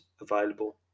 available